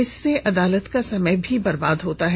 इससे अदालत का समय भी बर्बाद होता है